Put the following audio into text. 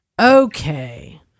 Okay